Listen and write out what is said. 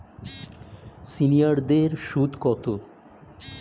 সিনিয়ারদের সুদ কত?